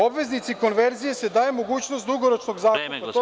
Obveznici konverzije se daje mogućnost dugoročnog zakupa, to sam rekao.